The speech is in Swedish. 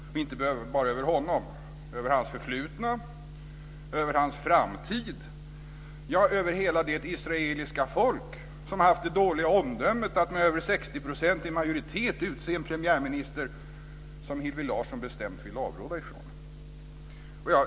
Hon ondgjorde sig inte bara över honom utan över hans förflutna, över hans framtid, ja över hela det israeliska folk som haft det dåliga omdömet att med över 60-procentig majoritet utse en premiärminister som Hillevi Larsson bestämt vill avråda från.